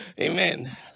Amen